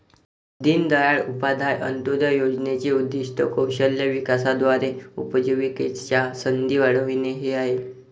दीनदयाळ उपाध्याय अंत्योदय योजनेचे उद्दीष्ट कौशल्य विकासाद्वारे उपजीविकेच्या संधी वाढविणे हे आहे